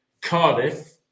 Cardiff